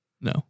No